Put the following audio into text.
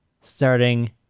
starting